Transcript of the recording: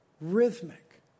rhythmic